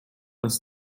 uns